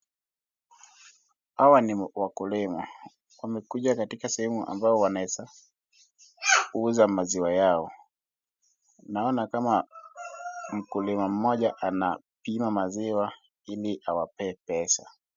Hawa ni wakulima wamekuja katika sehemu ambayo wanaweza kuuza maziwa yao. Naona kama mkulima mmoja anapima maziwa ili awapee pesa.